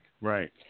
Right